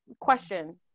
question